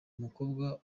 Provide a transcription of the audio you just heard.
umukobwa